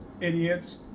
idiots